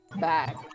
back